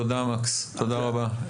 תודה מקס, תודה רבה.